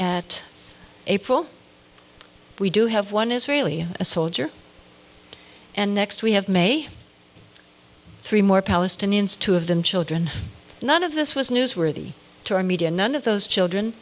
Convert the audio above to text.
at april we do have one israeli soldier and next we have made three more palestinians two of them children none of this was newsworthy to our media none of those children